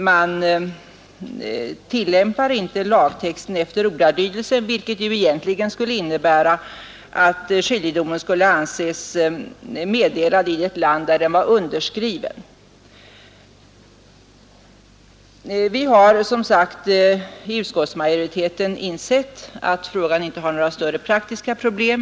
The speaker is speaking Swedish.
Man tillämpar inte lagtexten efter ordalydelsen, vilket ju egentligen skulle innebära att skiljedom skulle anses meddelad i det land där den var underskriven. Vi har som sagt inom utskottsmajoriteten insett att frågan inte reser några större praktiska problem.